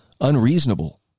unreasonable